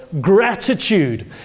gratitude